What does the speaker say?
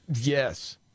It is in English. Yes